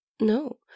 no